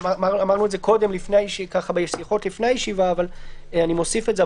אמרנו את זה קודם בשיחות לפני הישיבה אבל אני מוסיף את זה.